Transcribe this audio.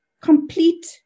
complete